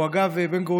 הוא, אגב, בן-גוריון,